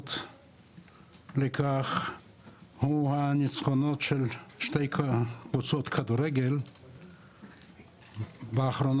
ההוכחות לכך הוא הניצחונות של שתי קבוצות הכדורגל באחרונה.